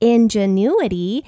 Ingenuity